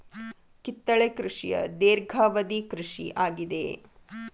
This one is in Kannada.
ಕಿತ್ತಳೆ ಕೃಷಿಯ ಧೇರ್ಘವದಿ ಕೃಷಿ ಆಗಿದೆ